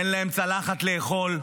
אין להם צלחת לאכול,